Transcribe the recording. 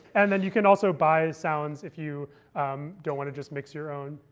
and then you can also buy sounds if you don't want to just mix your own.